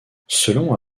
selon